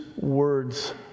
words